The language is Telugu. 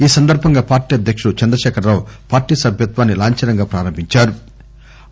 ఈ సందర్బంగా పార్టీ అధ్యకుడు చంద్రశేఖరరావు పార్టీ సభ్యత్వాన్ని లాంఛనంగా ప్రారంభించారు